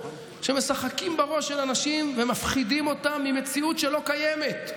שמשחקים בראש של אנשים ומפחידים אותם עם מציאות שלא קיימת.